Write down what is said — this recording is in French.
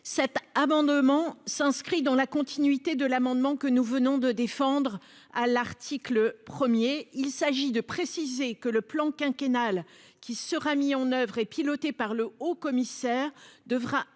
Cet amendement s'inscrit dans la continuité de l'amendement que nous venons de défendre à l'article 1er, il s'agit de préciser que le plan quinquennal qui sera mis en oeuvre et pilotée par le haut commissaire devra intégré